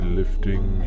lifting